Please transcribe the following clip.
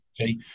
Okay